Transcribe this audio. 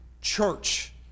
church